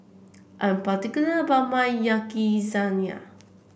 I'm particular about my Yakizakana